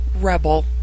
Rebel